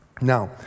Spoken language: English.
Now